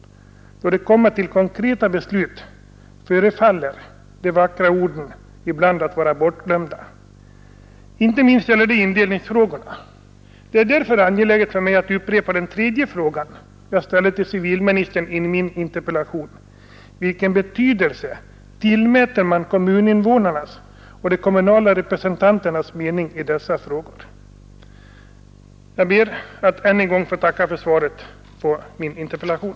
Då det kommer till konkreta beslut förefaller emellertid de vackra orden ibland att vara bortglömda. Det är därför angeläget för mig att upprepa den tredje frågan som jag ställde till civilministern i min interpellation: Vilken betydelse tillmäter man kommuninvånarnas och de kommunala representanternas mening i dessa frågor? Jag ber att än en gång få tacka för svaret på min interpellation.